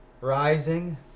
rising